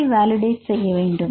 இதை வேலிடேட் செய்ய வேண்டும்